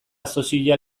sozial